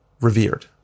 revered